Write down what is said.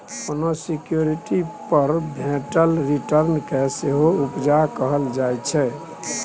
कोनो सिक्युरिटी पर भेटल रिटर्न केँ सेहो उपजा कहल जाइ छै